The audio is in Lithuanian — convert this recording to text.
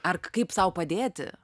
ar kaip sau padėti